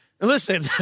Listen